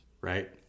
Right